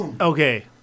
Okay